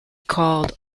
called